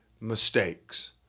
mistakes